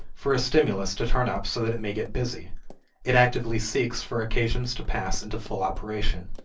for a stimulus to turn up so that it may get busy it actively seeks for occasions to pass into full operation.